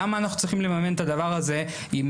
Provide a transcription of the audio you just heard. למה אנחנו צריכים לממן את הדבר הזה עם